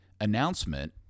announcement